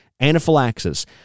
anaphylaxis